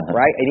right